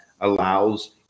allows